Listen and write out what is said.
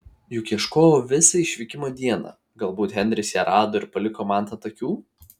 juk ieškojau visą išvykimo dieną galbūt henris ją rado ir paliko man ant akių